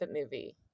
movie